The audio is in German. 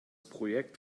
projekt